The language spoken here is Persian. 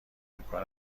امکان